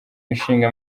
ishinga